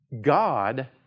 God